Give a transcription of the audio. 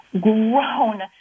grown